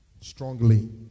strongly